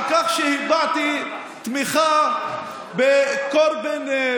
חלק משבטי ישראל רק כי הם נראים אחרת או חושבים אחרת.